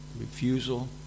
Refusal